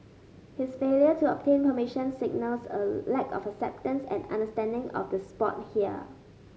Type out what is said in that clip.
his failure to obtain permission signals a lack of acceptance and understanding of the sport here